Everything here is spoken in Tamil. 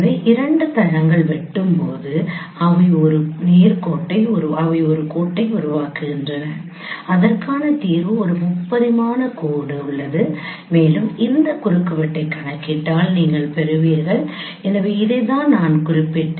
எனவே இரண்டு தளங்கள் வெட்டும் போது அவை ஒரு கோட்டை உருவாக்குகின்றன அதற்கான தீர்வு ஒரு முப்பரிமாண கோடு உள்ளது மேலும் இந்த குறுக்குவெட்டைக் கணக்கிட்டால் நீங்கள் பெறுவீர்கள் எனவே இதைத்தான் நான் குறிப்பிட்டேன்